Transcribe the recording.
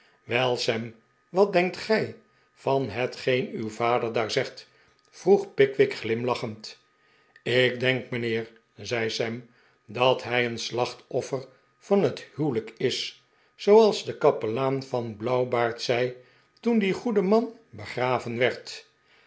sam wat denkt gij van hetgeen uw vader daar zegt vroeg pickwick glimlac hen d ik denk mijnheer zei sam dat hij een slachtoffer van het huwelijk is zooals de kapelaan van blauwbaard zei toen die goede man begraven werd